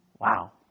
Wow